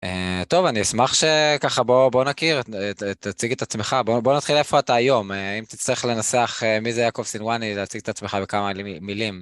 טוב, אני אשמח שככה בוא נכיר, תציג את עצמך, בוא נתחיל איפה אתה היום? אם תצטרך לנסח מי זה יעקב סינוואני, להציג את עצמך בכמה מילים.